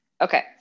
Okay